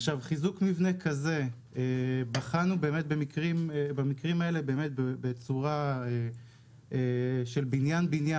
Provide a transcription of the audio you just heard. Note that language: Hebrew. חיזוק מבנה כזה בחנו במקרים האלה בצורה של בניין-בניין.